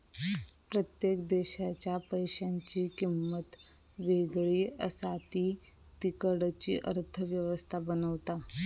प्रत्येक देशाच्या पैशांची किंमत वेगळी असा ती तिकडची अर्थ व्यवस्था बनवता